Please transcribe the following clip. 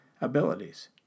abilities